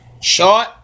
Short